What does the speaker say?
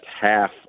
half